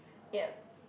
ya